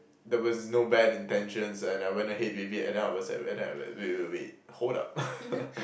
there was no bad intentions and I went ahead with it and then I was like where the~ wait wait wait hold up